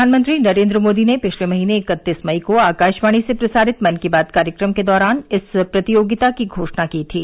प्रधानमंत्री नरेंद्र मोदी ने पिछले महीने इकत्तीस मई को आकाशवाणी से प्रसारित मन की बात कार्यक्रम के दौरान इस प्रतियोगिता की घोषणा की थी